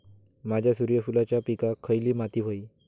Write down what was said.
माझ्या सूर्यफुलाच्या पिकाक खयली माती व्हयी?